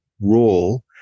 role